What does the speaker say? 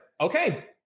okay